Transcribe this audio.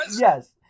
yes